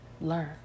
learn